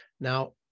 Now